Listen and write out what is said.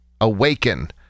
awaken